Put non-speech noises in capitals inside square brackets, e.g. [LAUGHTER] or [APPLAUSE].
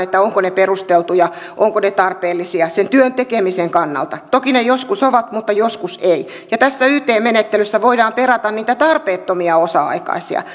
ovatko ne perusteltuja ovatko ne tarpeellisia sen työn tekemisen kannalta toki ne joskus ovat mutta joskus eivät ja tässä yt menettelyssä voidaan perata niitä tarpeettomia osa aikaisia [UNINTELLIGIBLE]